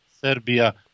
Serbia